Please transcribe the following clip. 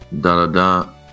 Da-da-da